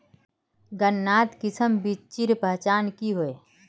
गन्नात किसम बिच्चिर पहचान की होय?